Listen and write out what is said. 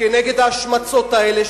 נגד ההשמצות האלה,